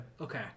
Okay